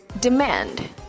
demand